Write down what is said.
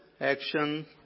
action